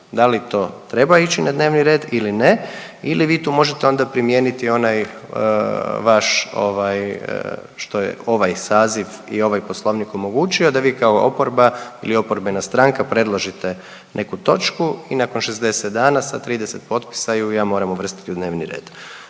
da li to treba ići u dnevni red ili ne ili vi tu možete onda primijeniti onaj vaš ovaj, što je ovaj saziv i ovaj Poslovnik omogućio, da vi kao oporba ili oporbena stranka predložite neku točku i nakon 60 dana sa 30 potpisa ju ja moram uvrstiti u dnevni red.